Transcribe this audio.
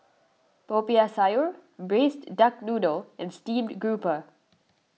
Popiah Sayur Braised Duck Noodle and Steamed Grouper